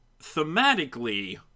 thematically